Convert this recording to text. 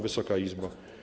Wysoka Izbo!